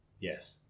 Yes